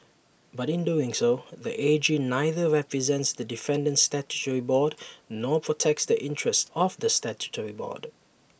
but in doing so the A G neither represents the defendant statutory board nor protects the interests of the statutory board